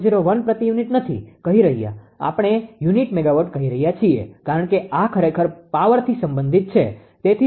01 પ્રતિ યુનિટ નથી કહી રહ્યા આપણે યુનિટ મેગાવોટ કહી રહ્યા છીએ કારણ કે આ ખરેખર પાવરથી સંબંધિત છે તેથી જ તેને 0